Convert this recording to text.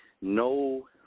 no